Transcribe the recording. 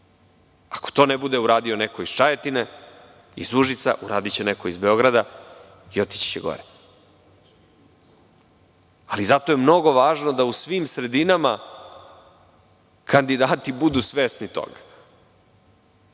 Ako to ne bude uradio neko iz Čajetine, iz Užica, uradiće neko iz Beograd i otići će gore. Zato je mnogo važno da u svim sredinama kandidati budu svesni toga.